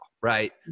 right